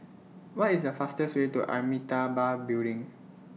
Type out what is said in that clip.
What IS The fastest Way to Amitabha Building